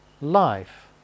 life